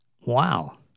Wow